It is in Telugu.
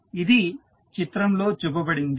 ఇది చిత్రంలో చూపబడింది